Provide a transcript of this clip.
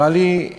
אמרה לי: